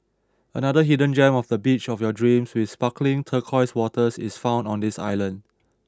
another hidden gem of a beach of your dreams with sparkling turquoise waters is found on this island